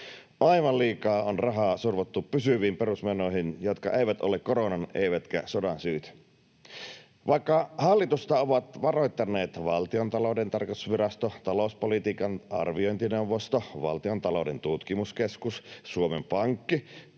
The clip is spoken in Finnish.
Aivan liikaa on rahaa survottu pysyviin perusmenoihin, jotka eivät ole koronan eivätkä sodan syytä. Vaikka hallitusta ovat varoittaneet Valtiontalouden tarkastusvirasto, talouspolitiikan arviointineuvosto, Valtion taloudellinen tutkimuskeskus, Suomen Pankki,